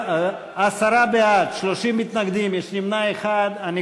סליחה, יש נמנע אחד, צודק יושב-ראש הקואליציה.